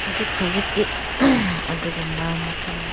ꯍꯧꯖꯤꯛ ꯍꯧꯖꯤꯛꯇꯤ ꯑꯗꯨꯒꯨꯝꯕ ꯃꯐꯝ